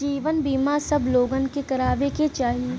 जीवन बीमा सब लोगन के करावे के चाही